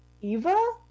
Eva